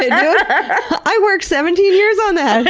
i worked seventeen years on that!